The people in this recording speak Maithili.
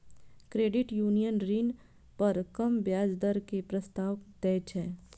क्रेडिट यूनियन ऋण पर कम ब्याज दर के प्रस्ताव दै छै